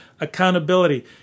Accountability